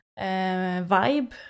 vibe